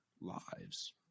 lives